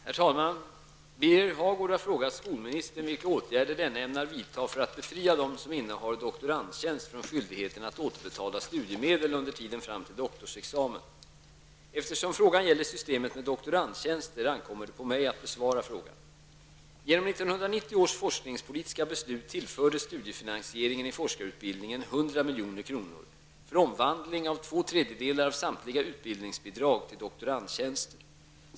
Herr talman! Birger Hagård har frågat skolministern vilka åtgärder denne ämnar vidta för att befria dem som innehar doktorandtjänst från skyldighet att återbetala studiemedel under tiden fram till doktorsexamen. Eftersom frågan gäller systemet med doktorandtjänster, ankommer det på mig att besvara frågan. Genom 1990 års forskningspolitiska beslut tillfördes studiefinansieringen i forskarutbildningen 100 milj.kr. för omvandling av två tredjedelar av samtliga utbildningsbidrag till doktorandtjänster.